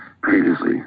previously